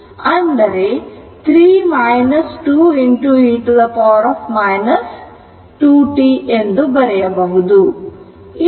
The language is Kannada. ಅಂದರೆ 3 2 e 2t ಎಂದು ಬರೆಯಬಹುದು